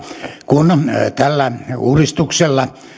kun tällä uudistuksella